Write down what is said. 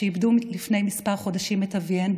שאיבדו לפני כמה חודשים את אביהן,